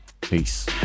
Peace